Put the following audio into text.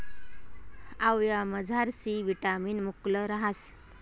आवयामझार C vitamin मुकलं रहास